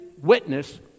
witness